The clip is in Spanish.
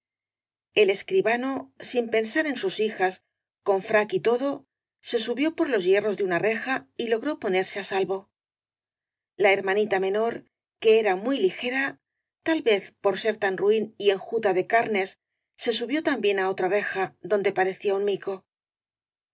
el escribano sin pensar en sus hijas con frac y todo se subió por los hierros de una reja y logró ponerse en salvo la hermanita menor que era muy ligera tal vez por ser tan ruin y enjuta de carnes se subió también á otro reja donde parecía un mico